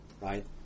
right